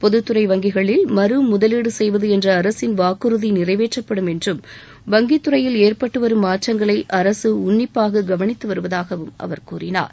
பொதுத்துறை வங்கிகளில் மறு முதவீடு செய்வது என்ற அரசின் வாக்குறுதி நிறைவேற்றப்படும் என்றும் வங்கித்துறையில் ஏற்பட்டுவரும் மாற்றங்களை அரசு உன்னிப்பாக கவனித்து வருவதாகவும் அவர் கூறினார்